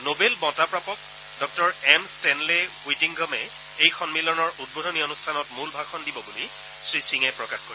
novel বঁটা প্ৰাপক ডঃ এম ষ্টেনলে হুইটিংঘমে এই সন্মিলনৰ উদ্বোধনী অনুষ্ঠানত মূল ভাষণ দিব বুলি শ্ৰীসিঙে প্ৰকাশ কৰে